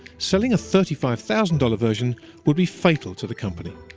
selling a thirty five thousand dollars version would be fatal to the company.